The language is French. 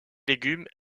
légumes